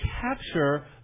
capture